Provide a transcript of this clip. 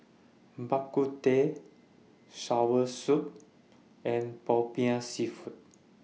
Bak Kut Teh Soursop and Popiah Seafood